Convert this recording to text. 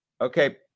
Okay